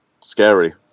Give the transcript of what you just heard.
scary